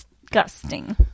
Disgusting